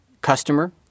customer